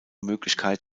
möglichkeit